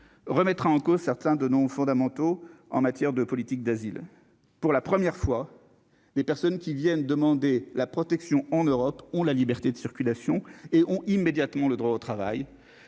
remettra en cause certains de nos fondamentaux en matière de politique d'asile pour la première fois les personnes qui viennent demander la protection en Europe ont la liberté de circulation et ont immédiatement le droit au travail,